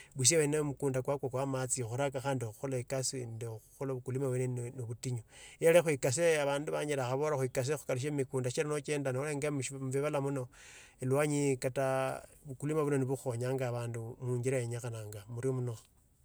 Busia wene hiyo mukunda kwako kwa amatsi khuraka khandi khukhola kasi nenda khukhola bukulima bwene ubwo nabitinyo. Vali khurkasi khukatushie mumikunda sihira nowakhachenda kata noenga mubibalia muno elwanyi hii kata bukulima buno nibuso bukhonyanga abandi mujira yenyekhananga, murio muno.